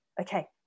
okay